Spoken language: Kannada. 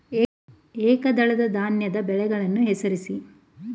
ಏಕದಳ ಧಾನ್ಯದ ಬೆಳೆಗಳನ್ನು ಹೆಸರಿಸಿ?